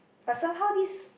but somehow this